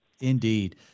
Indeed